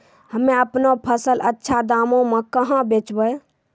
हम्मे आपनौ फसल अच्छा दामों मे कहाँ बेचबै?